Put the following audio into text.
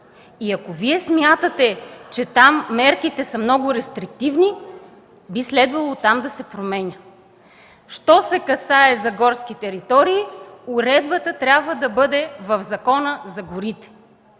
Ако Вие смятате, че там мерките са много рестриктивни, би следвало там да се променя. Що се касае за горски територии, уредбата трябва да бъде в Закона за горите.